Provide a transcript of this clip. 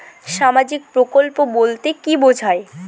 সামাজিক প্রকল্প বলতে কি বোঝায়?